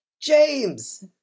James